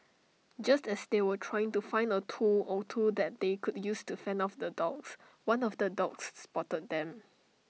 just as they were trying to find A tool or two that they could use to fend off the dogs one of the dogs spotted them